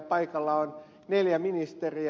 paikalla on neljä ministeriä